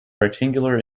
rectangular